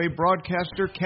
broadcaster